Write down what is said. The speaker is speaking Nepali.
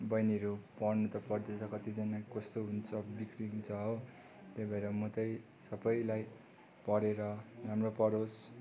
बहिनीहरू पढ्नु त पढ्दैछ कतिजना कस्तो हुन्छ बिग्रिन्छ हो त्यही भएर म त्यही सबैलाई पढेर राम्रो पढोस्